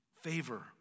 favor